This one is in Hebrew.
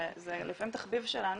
זה לפעמים תחביב שלנו,